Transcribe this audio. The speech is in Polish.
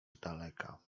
daleka